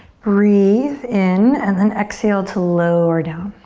breathe in, and then exhale to lower down.